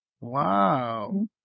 Wow